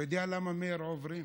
אתה יודע למה, מאיר, עוברים?